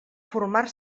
formar